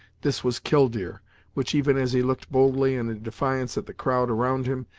this was killdeer which, even as he looked boldly and in defiance at the crowd around him,